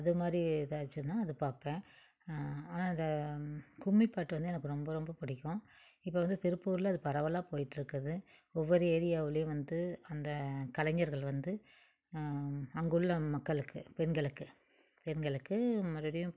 அது மாதிரி எதாச்சுனால் அதை பார்ப்பேன் ஆனால் அதை கும்மி பாட்டு வந்து எனக்கு ரொம்ப ரொம்ப பிடிக்கும் இப்போ வந்து திருப்பூர்ல அது பரவலாக போயிகிட்டுருக்குது ஒவ்வொரு ஏரியாவுலேயும் வந்து அந்த கலைஞர்கள் வந்து அங்குள்ள மக்களுக்கு பெண்களுக்கு பெண்களுக்கு மறுபடியும்